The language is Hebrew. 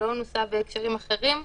לא נוסה בהקשרים אחרים.